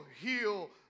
heal